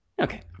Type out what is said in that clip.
Okay